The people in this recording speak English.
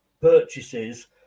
purchases